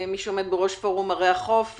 מי שעומד בראש פורום ערי החוף,